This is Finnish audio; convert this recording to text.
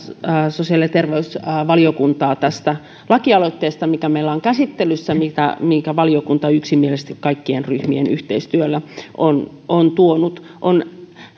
sosiaali ja terveysvaliokuntaa tästä lakialoitteesta mikä meillä on käsittelyssä minkä valiokunta yksimielisesti kaikkien ryhmien yhteistyöllä on on tuonut